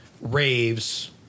Raves